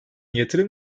yatırım